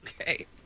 Okay